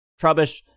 Trubbish